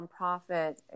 nonprofit